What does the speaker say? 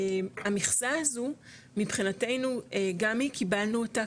המכסה הזו מבחינתנו גם אם קיבלנו אותה